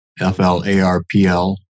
F-L-A-R-P-L